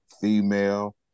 female